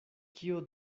kio